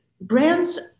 brands